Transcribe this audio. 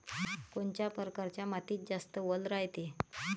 कोनच्या परकारच्या मातीत जास्त वल रायते?